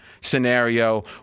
scenario